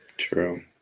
True